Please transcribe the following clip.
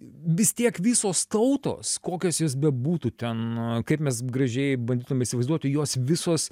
vis tiek visos tautos kokios jos bebūtų ten kaip mes gražiai bandytume įsivaizduoti jos visos